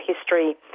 history